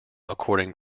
according